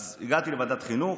אז הגעתי לוועדת חינוך,